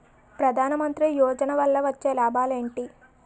ప్రధాన మంత్రి యోజన వల్ల వచ్చే లాభాలు ఎంటి?